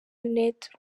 net